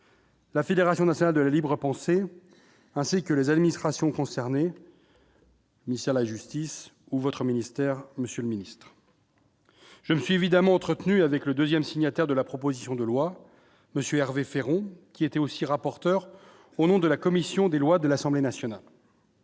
La Fédération nationale de la libre pensée, ainsi que les administrations concernées. La justice ou votre ministère, Monsieur le Ministre. Je me suis évidemment entretenu avec le 2ème, signataire de la proposition de loi Monsieur Hervé Féron, qui était aussi rapporteur au nom de la commission des lois de l'Assemblée nationale.